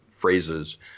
phrases